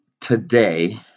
today